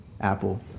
Apple